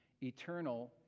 eternal